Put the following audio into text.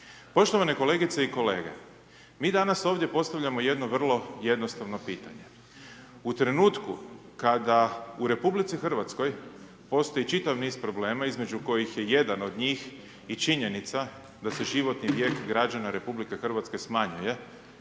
Poštovane kolegice i kolege mi danas ovdje postavljamo jedno vrlo jednostavno pitanje. U trenutku kada u RH postoji čitav niz problema između kojih je jedan od njih i činjenica da se životni vijek građana RH smanjuje